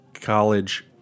college